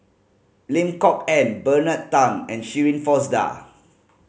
Lim Kok Ann Bernard Tan and Shirin Fozdar